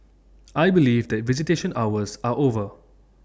I believe that visitation hours are over